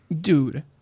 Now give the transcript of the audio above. Dude